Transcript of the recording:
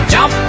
Jump